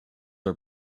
are